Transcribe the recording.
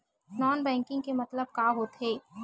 Non banking के मतलब का होथे?